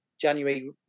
January